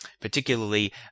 Particularly